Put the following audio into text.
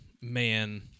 man